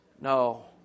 No